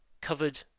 covered